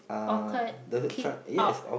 occurred keep out